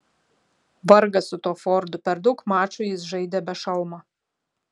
vargas su tuo fordu per daug mačų jis žaidė be šalmo